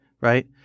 right